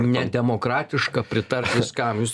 nedemokratiška pritart viskam jūs